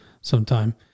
sometime